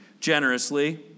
generously